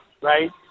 right